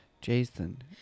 Jason